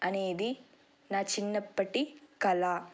అనేది నా చిన్నప్పటి కళ